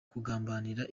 kugambanira